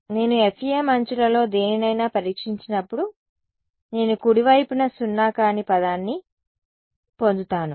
నేను FEM అంచులలో దేనినైనా పరీక్షించినప్పుడు నేను కుడి వైపున సున్నా కాని పదాన్ని పొందుతాను